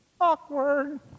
Awkward